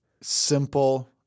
simple